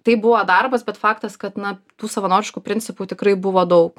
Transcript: tai buvo darbas bet faktas kad na tų savanoriškų principų tikrai buvo daug na